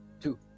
Two